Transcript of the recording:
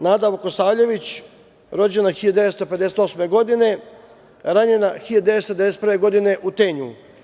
Nada Vukosavljević, rođena 1958. godine, ranjena 1991. godine u Tenju.